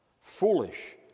foolish